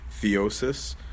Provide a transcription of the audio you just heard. theosis